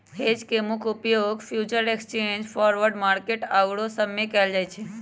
hedge के मुख्य उपयोग फ्यूचर एक्सचेंज, फॉरवर्ड मार्केट आउरो सब में कएल जाइ छइ